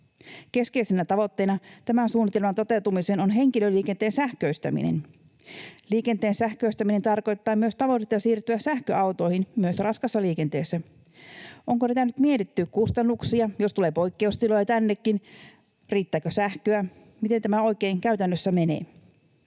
Keskeisenä tavoitteena tämän suunnitelman toteutumiseen on henkilöliikenteen sähköistäminen. Liikenteen sähköistäminen tarkoittaa tavoitetta siirtyä sähköautoihin, myös raskaassa liikenteessä. Onko tätä nyt mietitty? Kustannuksia? Jos tulee poikkeustiloja tännekin, riittääkö sähköä? Miten tämä oikein käytännössä menee?